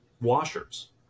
washers